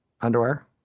underwear